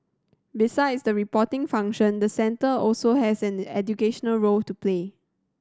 besides the reporting function the centre also has an educational role to play